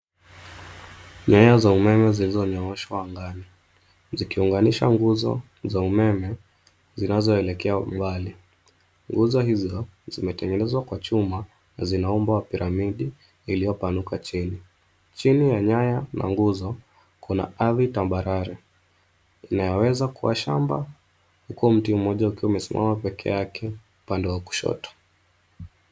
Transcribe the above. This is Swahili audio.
Nyaya za umeme zilizonyooshwa angani, zikiunganisha nguzo za umeme, zinazoelekea umbali. Nguzo hizo, zimetengenezwa kwa chuma, na zina umbo wa piramidi, iliyopanuka chini. Chini ya nyaya na nguzo, kuna ardhi tambarare. Inayoweza kuwa shamba, huku mti mmoja ukiwa umesimama peke yake, upande wa kushoto.